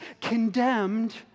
condemned